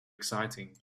exciting